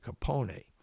Capone